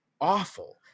awful